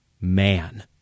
man